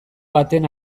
baten